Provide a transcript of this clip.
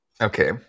Okay